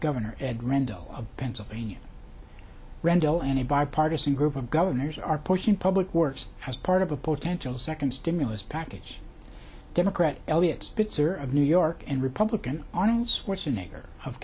governor ed rendell of pennsylvania rendell and a bipartisan group of governors are pushing public works as part of a potential second stimulus package democrat eliot spitzer of new york and republican arnold schwarzenegger of